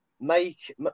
make